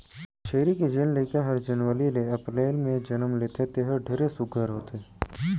छेरी के जेन लइका हर जनवरी ले अपरेल में जनम लेथे तेहर ढेरे सुग्घर होथे